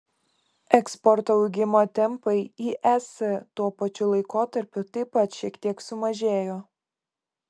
eksporto augimo tempai į es tuo pačiu laikotarpiu taip pat šiek tiek sumažėjo